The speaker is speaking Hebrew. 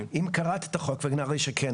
אם קראת את החוק ואני מאמין שכן,